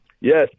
Yes